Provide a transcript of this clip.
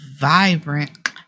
vibrant